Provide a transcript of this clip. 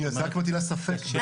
היא רק מטילה ספק.